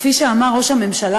כפי שאמר ראש הממשלה,